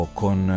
con